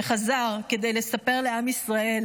שחזר כדי לספר לעם ישראל